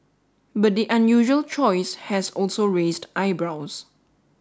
but the unusual choice has also raised eyebrows